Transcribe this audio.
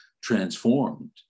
transformed